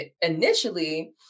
initially